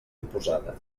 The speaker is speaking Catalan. imposada